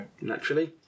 naturally